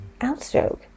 outstroke